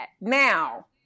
Now